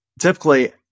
typically